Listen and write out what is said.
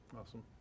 Awesome